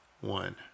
one